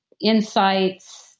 insights